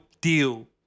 deal